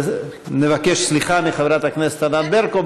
נבקש סליחה מחברת הכנסת ענת ברקו.